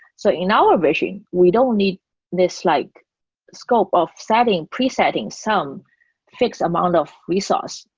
so in our vision, we don't need this like scope of setting pre-settings some fixed amount of resource.